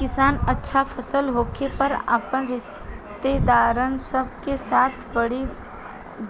किसान अच्छा फसल होखे पर अपने रिस्तेदारन सब के साथ बड़ी